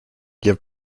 give